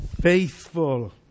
faithful